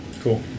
cool